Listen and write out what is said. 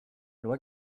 loi